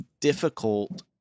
difficult